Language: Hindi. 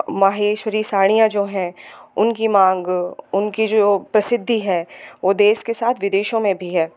माहेश्वरी साड़ियाँ जो हैं उनकी मांग उनकी जो प्रसिद्धि है वह देश के साथ विदेशों में भी है